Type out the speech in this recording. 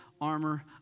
armor